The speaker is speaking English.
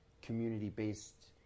community-based